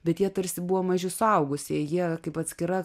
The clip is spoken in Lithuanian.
bet jie tarsi buvo maži suaugusieji jie kaip atskira